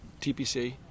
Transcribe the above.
tpc